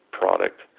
product